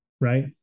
right